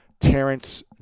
Terrence